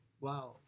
Wow